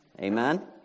Amen